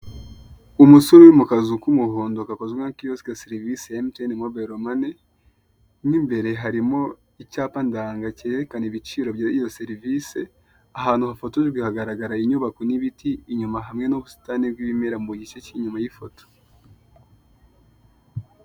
Umusore uri mu kazu k'umuhondo gakozwe nka kiyosike serivisi ya emutiyeni mobiro mane. Mo imbere harimo icyapa ndanga cyerekana ibiciro by'iyo serivisi. Ahantu bafotoye hagaragara inyubako n'ibiti inyuma, hamwe n'ubusitani bw'ibimera mu gice cy'icyuma y'ifoto.